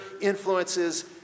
influences